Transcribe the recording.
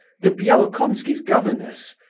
the bielokonski's governess,